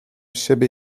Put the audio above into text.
siebie